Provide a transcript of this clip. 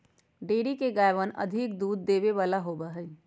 dairy के गायवन अधिक दूध देवे वाला होबा हई